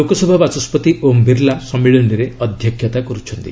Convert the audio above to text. ଲୋକସଭା ବାଚସ୍କତି ଓମ୍ ବିର୍ଲା ସମ୍ମିଳନୀରେ ଅଧ୍ୟକ୍ଷତା କରୁଛନ୍ତି